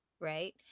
right